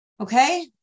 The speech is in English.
Okay